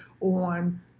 on